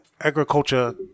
agriculture